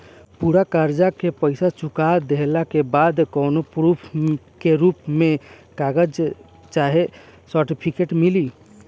पूरा कर्जा के पईसा चुका देहला के बाद कौनो प्रूफ के रूप में कागज चाहे सर्टिफिकेट मिली?